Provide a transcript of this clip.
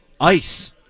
ice